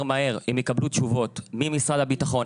מהר הם יקבלו תשובות ממשרד הביטחון,